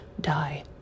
die